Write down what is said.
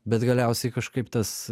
bet galiausiai kažkaip tas